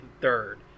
third